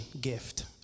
gift